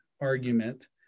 argument